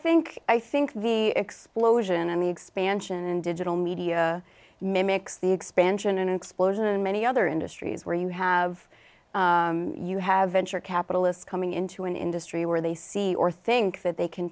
think i think the explosion and the expansion in digital media mimics the expansion and explosion in many other industries where you have you have venture capitalists coming into an industry where they see or think that they can